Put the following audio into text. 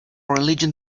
religion